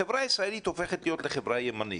החברה הישראלית הופכת להיות לחברה ימנית,